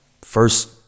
First